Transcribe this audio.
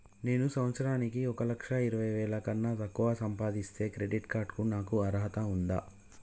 నేను సంవత్సరానికి ఒక లక్ష ఇరవై వేల కన్నా తక్కువ సంపాదిస్తే క్రెడిట్ కార్డ్ కు నాకు అర్హత ఉందా?